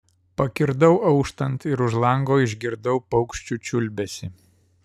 pakirdau auštant ir už lango išgirdau paukščių čiulbesį